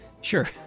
sure